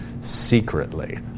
secretly